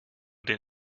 den